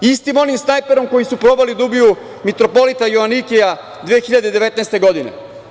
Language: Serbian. Istim onim snajperom kojim su probali da ubiju mitropolita Joanikija 2019. godine.